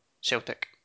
Celtic